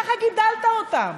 ככה גידלת אותם.